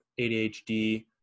ADHD